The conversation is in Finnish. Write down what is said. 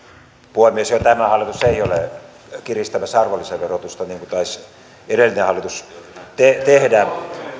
puhemies tämä hallitus ei ole kiristämässä arvonlisäverotusta niin kuin taisi edellinen hallitus tehdä